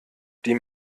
die